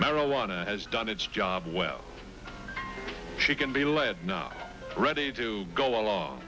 marijuana has done its job well she can be led not ready to go along